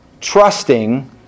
trusting